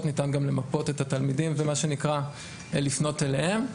ניתן גם למפות את התלמידים ולפנות אליהם.